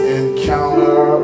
encounter